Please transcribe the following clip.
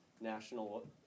national